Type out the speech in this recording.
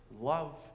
love